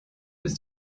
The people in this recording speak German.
ist